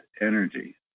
energy